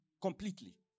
Completely